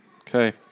Okay